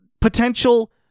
potential